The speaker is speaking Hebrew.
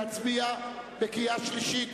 להצביע בקריאה שלישית?